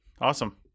Awesome